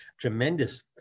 Tremendous